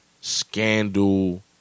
scandal